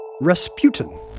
Rasputin